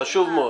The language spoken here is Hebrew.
חשוב מאוד.